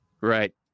Right